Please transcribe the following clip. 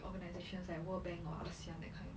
organizations like world bank or ASEAN that kind